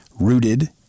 rooted